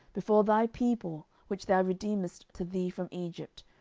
before thy people, which thou redeemedst to thee from egypt,